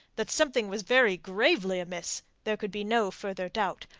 that something was very gravely amiss there could be no further doubt,